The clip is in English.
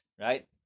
Right